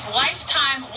lifetime